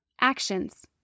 Actions